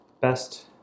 best